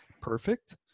perfect